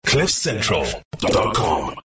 cliffcentral.com